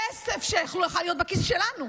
כסף שיכול היה להיות בכיס שלנו.